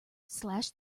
slash